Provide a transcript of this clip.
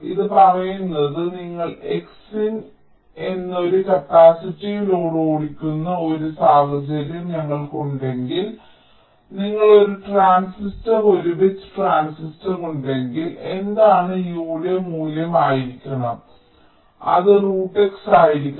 ഇത് പറയുന്നത് നിങ്ങൾ XCin എന്ന ഒരു കപ്പാസിറ്റീവ് ലോഡ് ഓടിക്കുന്ന ഒരു സാഹചര്യം ഞങ്ങൾക്ക് ഉണ്ടെങ്കിൽ നിങ്ങൾക്ക് ഒരു ട്രാൻസിസ്റ്റർ ഒരു ബിറ്റ് ട്രാൻസിസ്റ്റർ ഉണ്ടെങ്കിൽ എന്താണ് U യുടെ മൂല്യം ആയിരിക്കണം അത് X ആയിരിക്കണം